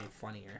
funnier